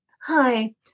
hi